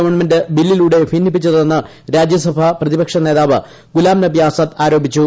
government ബില്ലിലൂടെ ഭിന്നിപ്പിച്ചതെന്ന് രാജ്യസഭാ പ്രതിപക്ഷ നേതാവ് ഗുലാം നബി ആസാദ് ആരോപിച്ചു